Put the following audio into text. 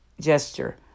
gesture